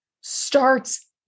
starts